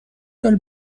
سال